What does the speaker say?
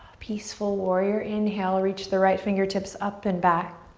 peaceful warrior, inhale, reach the right fingertips up and back.